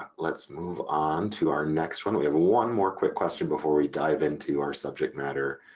let's move on to our next one, we have one more quick question before we dive into our subject matter,